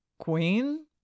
Queen